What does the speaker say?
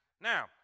Now